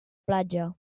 platja